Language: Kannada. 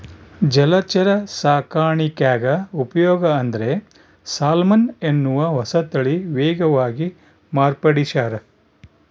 ಜಲಚರ ಸಾಕಾಣಿಕ್ಯಾಗ ಉಪಯೋಗ ಅಂದ್ರೆ ಸಾಲ್ಮನ್ ಎನ್ನುವ ಹೊಸತಳಿ ವೇಗವಾಗಿ ಮಾರ್ಪಡಿಸ್ಯಾರ